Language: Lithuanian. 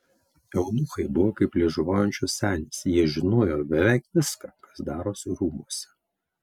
eunuchai buvo kaip liežuvaujančios senės jie žinojo beveik viską kas darosi rūmuose